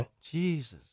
Jesus